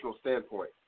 standpoint